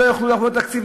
הם לא יוכלו לעשות תקציב,